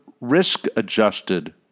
risk-adjusted